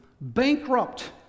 bankrupt